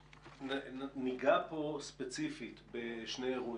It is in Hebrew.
ניגע כאן ספציפית בשני אירועים.